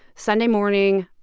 sunday morning,